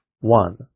one